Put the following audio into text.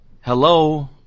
hello